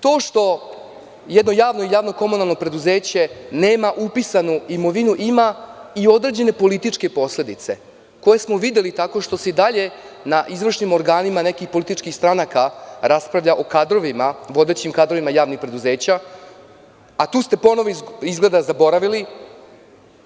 To što jedno JKP nema upisanu imovinu, ima i određene političke posledice koje smo videli tako što se i dalje na izvršnim organima nekih političkih stranaka raspravlja o vodećim kadrovima javnih preduzeća, a tu ste ponovo izgleda zaboravili